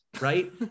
right